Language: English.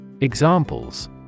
Examples